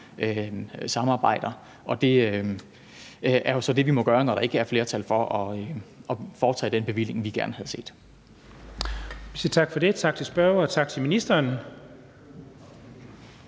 samarbejder, og det er jo så det, vi må gøre, når der ikke er flertal for at foretage den bevilling, vi gerne havde set.